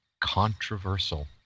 controversial